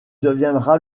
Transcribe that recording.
deviendra